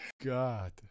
God